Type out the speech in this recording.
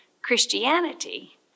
Christianity